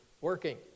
working